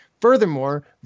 Furthermore